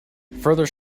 further